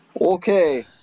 Okay